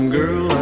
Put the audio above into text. girl